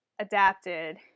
adapted